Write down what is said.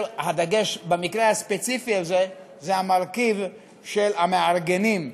הדגש במקרה הספציפי הזה זה המרכיב של המארגנים,